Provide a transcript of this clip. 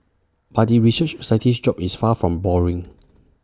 but the research scientist's job is far from boring